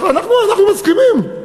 אנחנו מסכימים,